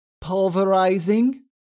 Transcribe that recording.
pulverizing